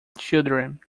children